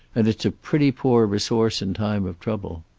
and it's a pretty poor resource in time of trouble.